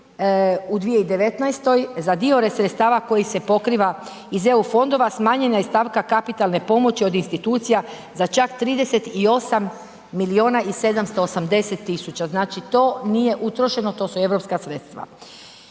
u 2019., za dio sredstava koji se pokriva iz EU fondova, smanjena je stavka kapitalne pomoći od institucija za čak 38 milijuna i 780 000. Znači to nije utrošeno, to su europska sredstva.